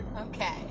Okay